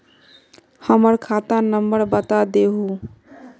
हमर खाता नंबर बता देहु?